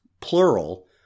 plural